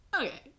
Okay